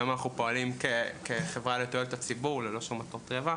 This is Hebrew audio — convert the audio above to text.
היום אנחנו פועלים כחברה לתועלת הציבור ללא שום מטרות רווח.